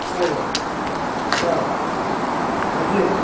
ꯑꯣꯏ ꯏꯇꯥꯎ ꯍꯥꯏꯕꯤꯌꯨ